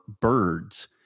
birds